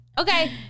okay